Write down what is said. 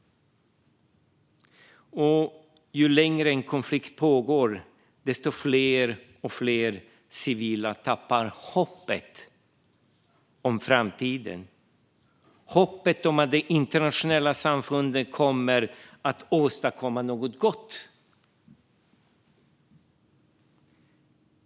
Ju längre en konflikt pågår, desto fler civila tappar hoppet om framtiden. Hoppet om att det internationella samfundet kommer att åstadkomma något gott.